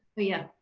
yeah.